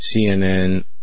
CNN